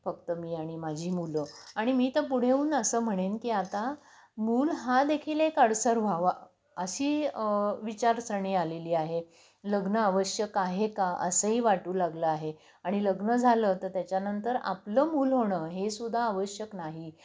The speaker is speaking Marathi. फक्त मी आणि माझी मुलं आणि मी तर पुढे जाऊन असं म्हणेन की आता मूल हा देखील एक अडसर व्हावा अशी विचारसरणी आलेली आहे लग्न आवश्यक आहे का असंही वाटू लागलं आहे आणि लग्न झालं तर त्याच्यानंतर आपलं मूल होणं हे सुद्धा आवश्यक नाही